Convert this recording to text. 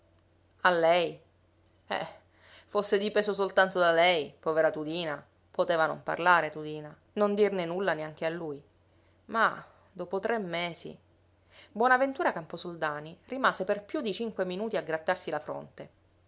a lei eh fosse dipeso soltanto da lei povera tudina poteva non parlare tudina non dirne nulla neanche a lui ma dopo tre mesi bonaventura camposoldani rimase per più di cinque minuti a grattarsi la fronte